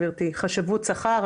גברתי חשבות שכר,